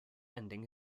ending